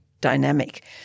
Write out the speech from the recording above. dynamic